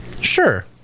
Sure